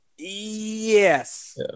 Yes